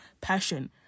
passion